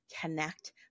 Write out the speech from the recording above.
connect